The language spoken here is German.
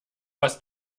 was